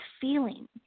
feeling